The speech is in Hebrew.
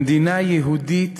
במדינה יהודית